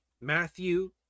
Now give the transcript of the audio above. matthew